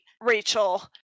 rachel